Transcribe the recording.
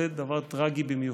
זה דבר טרגי במיוחד,